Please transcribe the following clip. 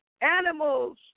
animals